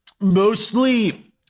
Mostly